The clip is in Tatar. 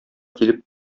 килеп